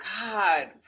God